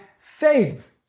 faith